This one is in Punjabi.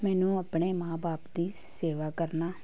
ਮੈਨੂੰ ਆਪਣੇ ਮਾਂ ਬਾਪ ਦੀ ਸੇਵਾ ਕਰਨਾ